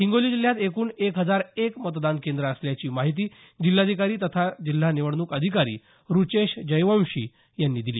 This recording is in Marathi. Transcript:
हिंगोली जिल्ह्यात एकूण एक हजार एक मतदान केंद्र असल्याची माहिती जिल्हाधिकारी तथा जिल्हा निवडणुक अधिकारी रुचेश जयवंशी यांनी दिली